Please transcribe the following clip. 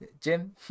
Jim